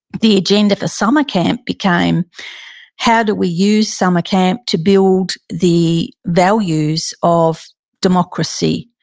the agenda for summer camp became how do we use summer camp to build the values of democracy?